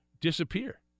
disappear